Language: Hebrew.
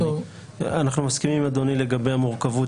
אנחנו מסכימים עם אדוני לגבי המורכבות